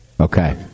Okay